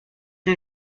une